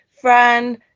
fran